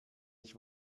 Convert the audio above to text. ich